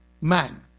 man